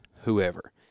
Whoever